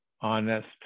honest